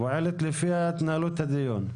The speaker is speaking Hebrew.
היא פועלת לפי התנהלות הדיון.